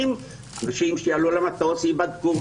שאנשים שיעלו למטוס ייבדקו,